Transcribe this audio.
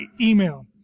email